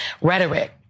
rhetoric